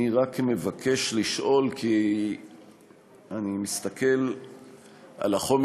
אני רק מבקש לשאול, כי אני מסתכל על החומר